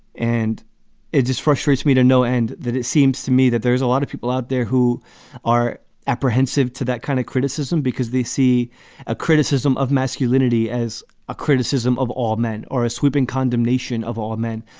and it just frustrates me to no end that. it seems to me that there's a lot of people out there who are apprehensive to that kind of criticism because they see a criticism of masculinity as a criticism of all men or a sweeping condemnation of all men,